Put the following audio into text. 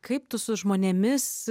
kaip tu su žmonėmis